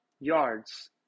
yards